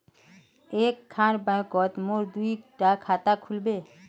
एक खान बैंकोत मोर दुई डा खाता खुल बे?